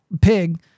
pig